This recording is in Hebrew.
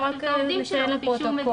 רק ציינתי לפרוטוקול.